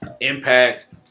impact